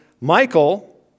Michael